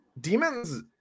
Demons